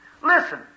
Listen